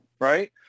Right